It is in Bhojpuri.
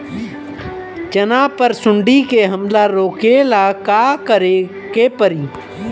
चना पर सुंडी के हमला रोके ला का करे के परी?